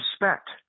respect